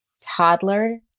toddler